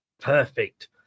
Perfect